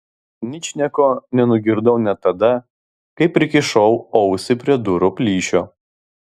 ničnieko nenugirdau net tada kai prikišau ausį prie durų plyšio